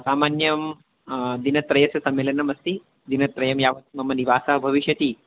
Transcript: सामान्यं दिनत्रयस्य सम्मेलनमस्ति दिनत्रयं यावत् मम निवासः भविष्यति